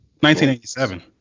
1987